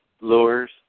lures